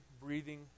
breathing